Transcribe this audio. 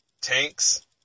tanks